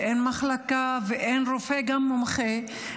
ואין מחלקה ואין גם רופא מומחה,